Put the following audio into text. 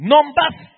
Numbers